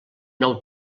nou